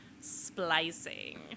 Splicing